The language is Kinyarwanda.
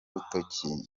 rutoki